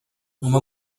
uma